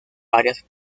varias